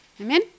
Amen